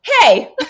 Hey